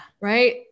Right